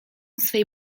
swej